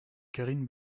karine